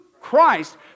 Christ